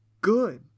good